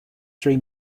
three